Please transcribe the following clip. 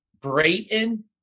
Brayton